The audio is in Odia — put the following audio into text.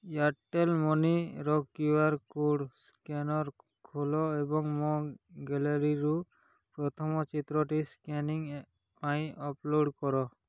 ଏୟାର୍ଟେଲ୍ ମନିର କ୍ୟୁଆର୍ କୋଡ଼୍ ସ୍କାନର୍ ଖୋଲ ଏବଂ ମୋ ଗ୍ୟାଲେରୀରୁ ପ୍ରଥମ ଚିତ୍ରଟି ସ୍କାନିଂ ପାଇଁ ଅପ୍ଲୋଡ଼୍ କର